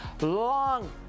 Long